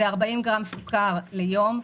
היא 40 גרם סוכר ליום,